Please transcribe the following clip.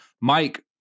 Mike